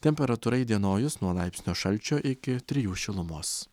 temperatūra įdienojus nuo laipsnio šalčio iki trijų šilumos